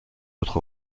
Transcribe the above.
autre